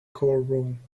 courtroom